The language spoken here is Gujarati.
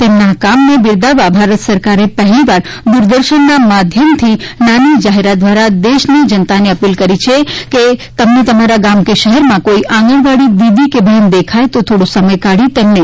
તેમના આ કામને બિરદાવવા ભારત સરકારે પહેલીવાર દુરદર્શનના માધ્યમથી નાની જાહેરાત દ્વારા દેશની જનતાને અપીલ કરી છે કે તમને તમારા ગામ કે શહેરમાં કોઈ આંગણવાડી દીદી કે બહેન દેખાય તો થોડો સમય કાઢી તેમને ધન્યવાદ કહો